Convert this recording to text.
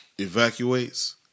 evacuates